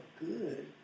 good